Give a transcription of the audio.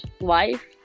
life